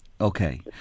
Okay